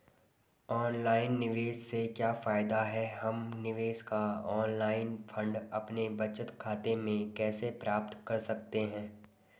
Online निवेश से क्या फायदा है हम निवेश का ऑनलाइन फंड अपने बचत खाते में कैसे प्राप्त कर सकते हैं?